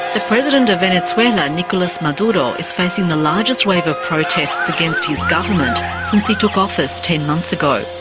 the president of venezuela nicolas maduro is facing the largest wave of protests against his government since he took office ten months ago.